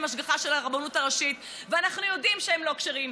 השגחה של הרבנות הראשית ואנחנו יודעים שהם לא כשרים.